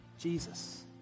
Jesus